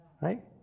Right